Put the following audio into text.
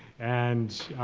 and,